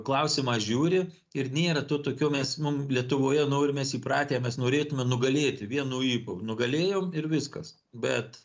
klausimą žiūri ir nėra to tokio mes mum lietuvoje norim mes įpratę mes norėtume nugalėti vienu ypu nugalėjom ir viskas bet